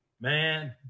man